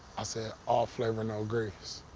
i said, all flavor no grease.